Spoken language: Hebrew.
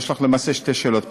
יש לך למעשה שתי שאלות,